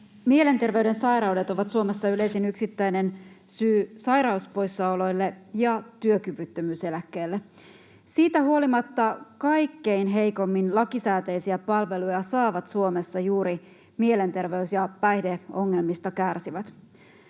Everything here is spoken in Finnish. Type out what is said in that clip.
Mielenterveyden sairaudet ovat Suomessa yleisin yksittäinen syy sairauspoissaoloille ja työkyvyttömyys-eläkkeelle. Siitä huolimatta kaikkein heikoimmin lakisääteisiä palveluja saavat Suomessa juuri mielenterveys‑ ja päihdeongelmista kärsivät.